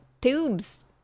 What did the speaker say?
tubes